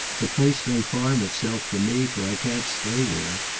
the place may farm itself for me, for i can't stay there.